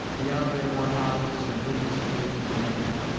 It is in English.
beyond their more obvious and indisputable connection,